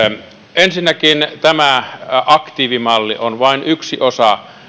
ensinnäkin tämä aktiivimalli on vain yksi osa